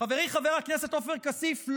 חברי חבר הכנסת עופר כסיף,